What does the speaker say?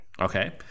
okay